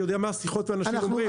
אני יודע מה השיחות ואנשים אומרים.